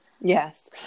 Yes